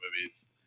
movies